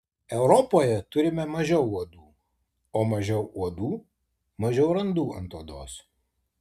europoje turime mažiau uodų o mažiau uodų mažiau randų ant odos